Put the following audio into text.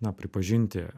na pripažinti